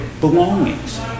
belongings